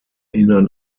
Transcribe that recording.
erinnern